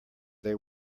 they